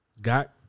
Got